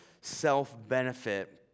self-benefit